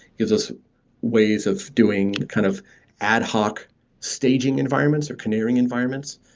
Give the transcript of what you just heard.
gives us ways of doing kind of ad hoc staging environments, or canaring environments.